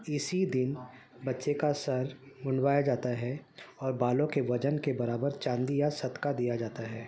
اسی دن بچے کا سر منڈوایا جاتا ہے اور بالوں کے وزن کے برابر چاندی یا صدقہ دیا جاتا ہے